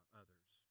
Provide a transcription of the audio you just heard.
others